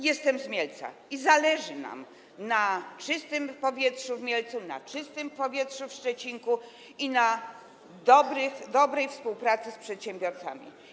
Jestem z Mielca i zależy nam na czystym powietrzu w Mielcu, na czystym powietrzy w Szczecinku i na dobrej współpracy z przedsiębiorcami.